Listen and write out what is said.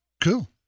Cool